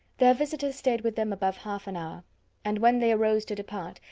their visitors stayed with them above half-an-hour and when they arose to depart,